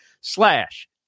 slash